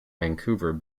vancouver